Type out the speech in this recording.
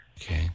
Okay